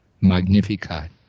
Magnificat